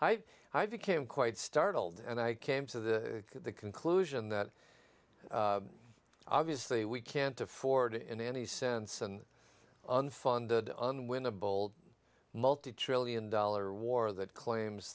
i became quite startled and i came to the conclusion that obviously we can't afford in any sense and unfunded on when a bold multi trillion dollar war that claims